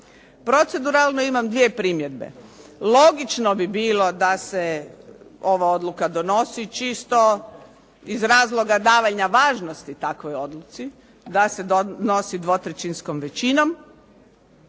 Proceduralno imam dvije primjedbe. Logično bi bilo da se ova odluka donosi čisto iz razloga davanja važnosti takvoj odluci, da se donosi dvotrećinskom većinom.